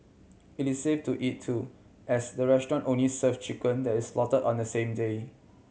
it is safe to eat too as the restaurant only serve chicken that is slaughter on the same day